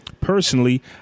Personally